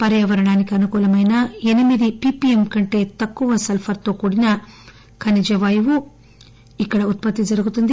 పర్యావరణానికి అనుకూలమైన ఎనిమిది పిపిఎం కంటే తక్కువ సల్పర్ తో కూడిన ఖనిజవాయువు ఇక్కడ ఉత్పత్తి జరుగుతుంది